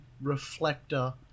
reflector